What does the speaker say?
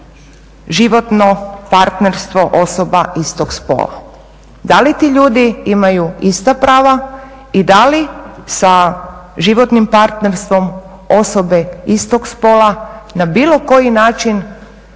životno partnerstvo osoba istog spola. Da li ti ljudi imaju ista prava i da li sa životnim partnerstvom osobe istog spola na bilo koji način